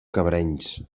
cabrenys